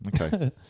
Okay